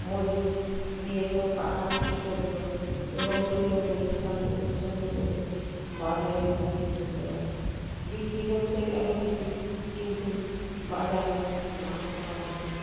মজুর দিয়ে সব কাটাকুটি করলো এবং সেগুলো পরিষ্কার পরিচ্ছন্ন করে বাজারে বিক্রি করতে গেলো বিক্রি করতে গেলো ঠিকই কিন্তু বাজারে দাম পাওয়া গেলো না